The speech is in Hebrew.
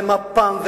ומפ"ם,